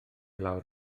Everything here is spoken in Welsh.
lawr